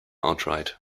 outright